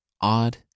Odd